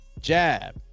Jab